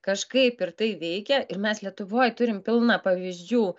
kažkaip ir tai veikia ir mes lietuvoj turim pilna pavyzdžių